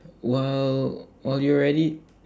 while while you're at it